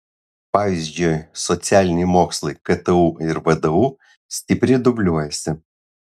pavyzdžiui socialiniai mokslai ktu ir vdu stipriai dubliuojasi